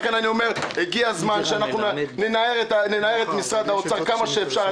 הגיע הזמן שאנחנו ננער את משרד האוצר כמה שאפשר,